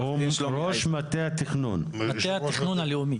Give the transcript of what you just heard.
הוא ראש מטה התכנון הלאומי.